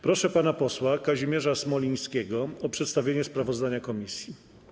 Proszę pana posła Kazimierza Smolińskiego o przedstawienie sprawozdania komisji.